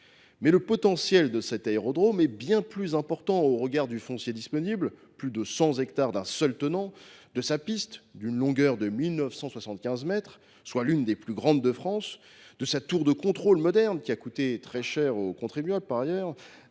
Le potentiel de cet aérodrome est toutefois bien plus important, au regard à la fois du foncier disponible – plus de 100 hectares d’un seul tenant –, de sa piste d’une longueur de 1 975 mètres, soit l’une des plus grandes de France, de sa tour de contrôle moderne, qui a du reste coûté très cher aux contribuables, et de sa